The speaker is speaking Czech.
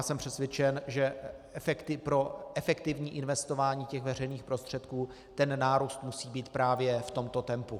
Jsem přesvědčen, že pro efektivní investování veřejných prostředků ten nárůst musí být právě v tomto tempu.